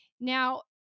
Now